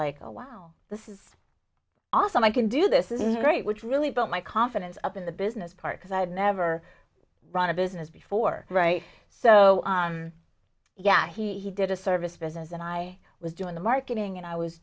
oh wow this is awesome i can do this is great which really built my confidence up in the business part because i had never run a business before right so yeah he did a service business and i was doing the marketing and i was